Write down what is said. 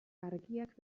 argiak